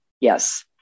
yes